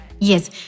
Yes